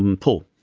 and paul.